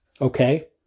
Okay